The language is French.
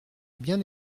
bien